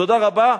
תודה רבה.